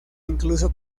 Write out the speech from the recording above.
incluso